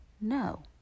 no